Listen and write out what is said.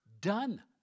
done